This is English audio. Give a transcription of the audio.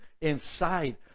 inside